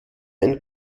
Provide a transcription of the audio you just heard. ein